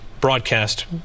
broadcast